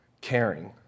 caring